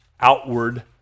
outward